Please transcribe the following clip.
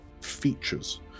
Features